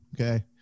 Okay